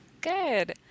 Good